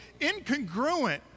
incongruent